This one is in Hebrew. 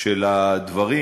של הדברים,